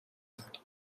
دانیم